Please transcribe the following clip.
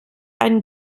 einen